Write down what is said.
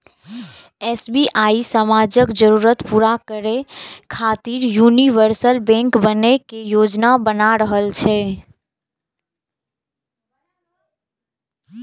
SBI समाजक जरूरत पूरा करै खातिर यूनिवर्सल बैंक बनै के योजना बना रहल छै